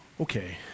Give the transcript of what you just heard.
Okay